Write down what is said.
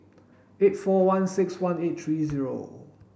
eight four one six one eight three zero